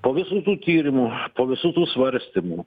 po visų tų tyrimų po visų tų svarstymų